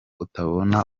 utabona